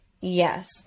Yes